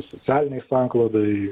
socialinei sanklodai